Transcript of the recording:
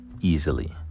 easily